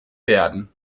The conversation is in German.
werden